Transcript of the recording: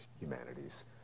humanities